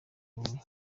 huye